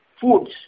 Foods